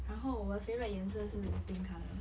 然后我的 favourite 颜色是 pink colour